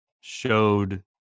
showed